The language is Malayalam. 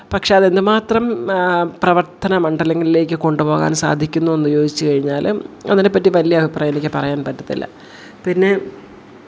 പക്ഷേ അതെന്തു മാത്രം പ്രവർത്തന മണ്ഡലങ്ങളിലേക്കു കൊണ്ടു പോകാൻ സാധിക്കുന്നുവെന്നു ചോദിച്ചു കഴിഞ്ഞാൽ അതിനേപ്പറ്റി വലിയ അഭിപ്രായമെനിക്കു പറയാൻ പറ്റത്തില്ല പിന്നെ